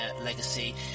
legacy